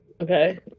Okay